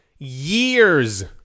Years